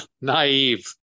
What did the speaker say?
naive